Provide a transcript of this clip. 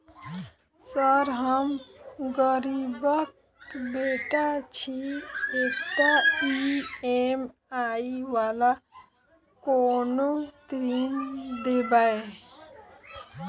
Sir हम गरीबक बेटा छी एकटा ई.एम.आई वला कोनो ऋण देबै?